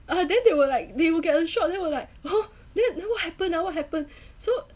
ah then they will like they will get a shock then will like !huh! then what happen what happen so